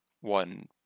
one